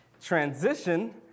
transition